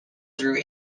through